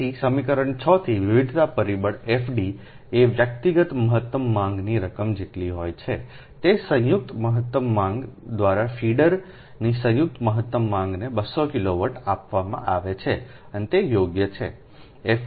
તેથી સમીકરણ 6 થી વિવિધતા પરિબળ FD એ વ્યક્તિગત મહત્તમ માંગની રકમ જેટલી હોય છે તે સંયુક્ત મહત્તમ માંગ દ્વારા ફીડરની સંયુક્ત મહત્તમ માંગને 200 કિલોવોટ આપવામાં આવે છે અને તે યોગ્ય છે